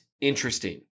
interesting